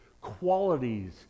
qualities